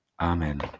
Amen